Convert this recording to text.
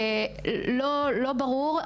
לא ברור,